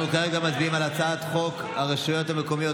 אנחנו כרגע מצביעים על הצעת חוק הרשויות המקומיות